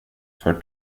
för